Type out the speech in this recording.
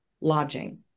lodging